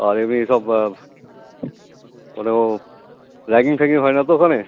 আর এমনি সব কোনো র্যাগিং ফ্যাগিং হয় না তো ওখানে